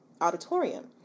auditorium